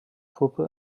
puppe